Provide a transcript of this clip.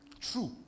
true